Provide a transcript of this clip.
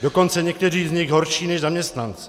Dokonce někteří z nich horší než zaměstnanci.